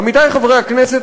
עמיתי חברי הכנסת,